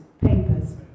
papers